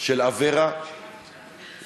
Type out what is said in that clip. של אברה,